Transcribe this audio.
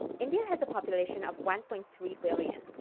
india has a population of one point three billion,